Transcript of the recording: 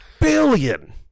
Billion